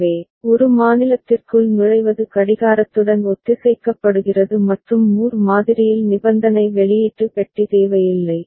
எனவே ஒரு மாநிலத்திற்குள் நுழைவது கடிகாரத்துடன் ஒத்திசைக்கப்படுகிறது மற்றும் மூர் மாதிரியில் நிபந்தனை வெளியீட்டு பெட்டி தேவையில்லை